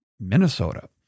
Minnesota